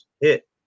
hit